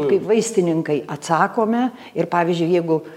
kaip vaistininkai atsakome ir pavyzdžiui jeigu